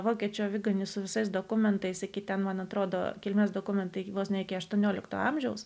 vokiečių aviganį su visais dokumentais sekite man atrodo kilmės dokumentai vos ne iki aštuoniolikto amžiaus